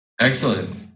Excellent